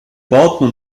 bauten